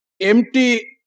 Empty